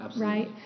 right